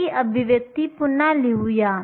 तर ही अभिव्यक्ती पुन्हा लिहूया